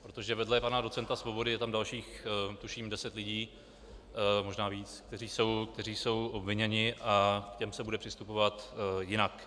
Protože vedle pana docenta Svobody je tam dalších tuším deset lidí, možná víc, kteří jsou obviněni, a k těm se bude přistupovat jinak.